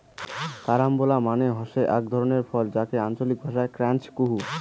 carambola মানে হসে আক ধরণের ফল যাকে আঞ্চলিক ভাষায় ক্রাঞ্চ কুহ